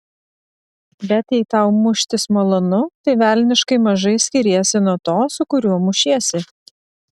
bet jei tau muštis malonu tai velniškai mažai skiriesi nuo to su kuriuo mušiesi